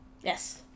Yes